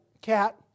cat